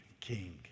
king